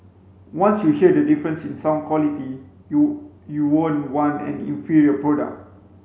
once you hear the difference in sound quality you you won't want an inferior product